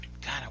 God